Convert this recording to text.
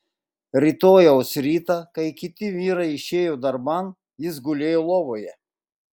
rytojaus rytą kai kiti vyrai išėjo darban jis gulėjo lovoje